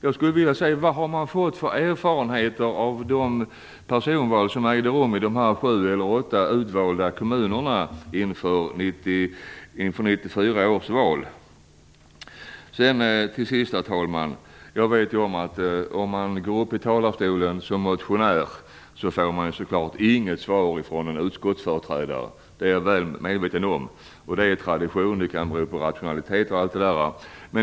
Jag skulle vilja fråga vad man har fått för erfarenheter av de personval som ägde rum i dessa sju eller åtta utvalda kommunerna inför 1994 års val. Herr talman! Jag vet att om man går upp i talarstolen som motionär får man inget svar från någon utskottsföreträdare. Det är tradition, och det kan bero på en viss rationalitet osv.